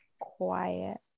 quiet